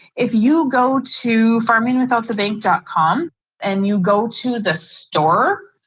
if you go to farmingwithoutthebank dot com and you go to the store,